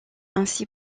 ainsi